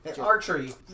archery